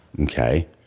Okay